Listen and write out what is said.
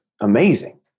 Amazing